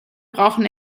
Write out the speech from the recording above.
brauchen